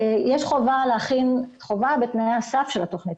יש חובה בתנאי הסף של התוכנית,